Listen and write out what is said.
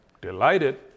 delighted